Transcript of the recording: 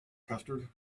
custard